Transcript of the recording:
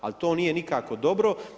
Ali to nije nikako dobro.